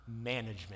management